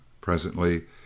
Presently